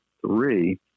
three